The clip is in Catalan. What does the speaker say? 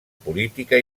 política